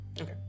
Okay